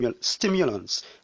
stimulants